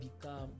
become